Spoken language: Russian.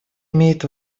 имеет